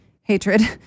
hatred